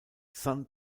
sun